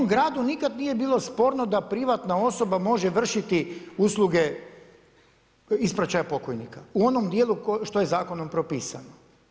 U mom gradu nikad nije bilo sporno da privatna osoba može vršiti usluge ispraćaja pokojnika u onom dijelu što je zakonom propisano.